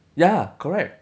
ya correct